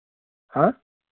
ہاں